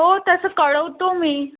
हो तसं कळवतो मी